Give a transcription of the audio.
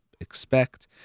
expect